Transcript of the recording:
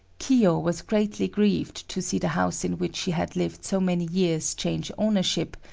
kiyo was greatly grieved to see the house in which she had lived so many years change ownership,